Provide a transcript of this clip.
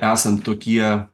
esam tokie